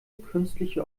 künstliche